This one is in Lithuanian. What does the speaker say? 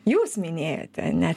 jūs minėjote ane